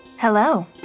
Hello